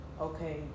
okay